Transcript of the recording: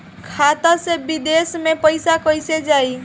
खाता से विदेश मे पैसा कईसे जाई?